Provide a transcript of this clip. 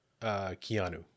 Keanu